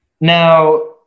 Now